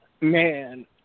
Man